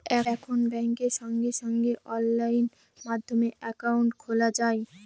এখন ব্যাঙ্কে সঙ্গে সঙ্গে অনলাইন মাধ্যমে একাউন্ট খোলা যায়